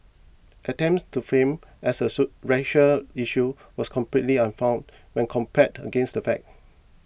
attempts to frame as a soup racial issue was completely unfounded when compared against the facts